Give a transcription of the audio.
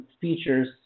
features